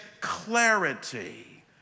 clarity